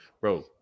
bro